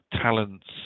talents